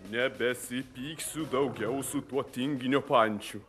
nebesipyksiu daugiau su tuo tinginio pančiu